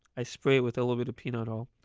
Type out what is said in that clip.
i spray it with a little bit of peanut oil.